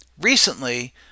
Recently